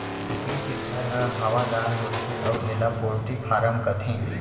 कुकरी के घर ह हवादार होथे अउ एला पोल्टी फारम कथें